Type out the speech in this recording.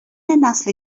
نسل